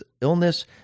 illness